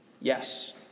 yes